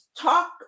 talk